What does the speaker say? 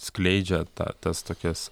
skleidžia tą tas tokias